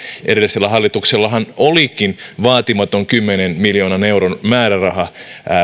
edellisellä hallituksellahan olikin vaatimaton kymmenen miljoonan euron määräraha